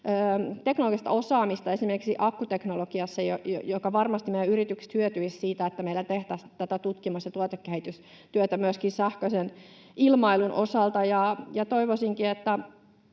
teknologista osaamista esimerkiksi akkuteknologiassa, että varmasti meidän yritykset hyötyisivät siitä, että meillä tehtäisiin tutkimus‑ ja tuotekehitystyötä myöskin sähköisen ilmailun osalta. Toivoisinkin, että